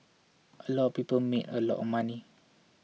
a lot of people made a lot of money